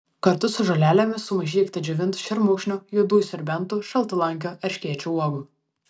kartu su žolelėmis sumaišykite džiovintų šermukšnio juodųjų serbentų šaltalankio erškėčio uogų